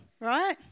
right